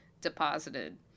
deposited